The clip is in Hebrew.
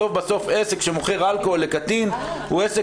בסוף עסק שמוכר אלכוהול לקטין הוא עסק